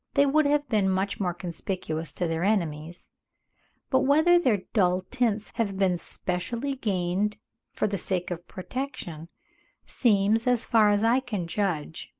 they would have been much more conspicuous to their enemies but whether their dull tints have been specially gained for the sake of protection seems, as far as i can judge,